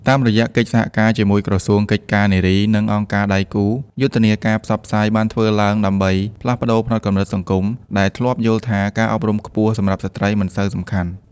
តាមរយៈកិច្ចសហការជាមួយក្រសួងកិច្ចការនារីនិងអង្គការដៃគូ យុទ្ធនាការផ្សព្វផ្សាយបានធ្វើឡើងដើម្បីផ្លាស់ប្តូរផ្នត់គំនិតសង្គមដែលធ្លាប់យល់ថាការអប់រំខ្ពស់សម្រាប់ស្ត្រីមិនសូវសំខាន់។